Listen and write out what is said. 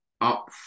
up